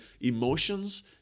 emotions